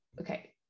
Okay